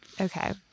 okay